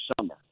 summer